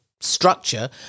structure